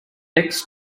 texts